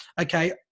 okay